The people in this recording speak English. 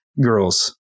girls